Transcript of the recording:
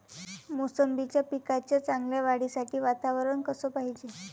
मोसंबीच्या पिकाच्या चांगल्या वाढीसाठी वातावरन कस पायजे?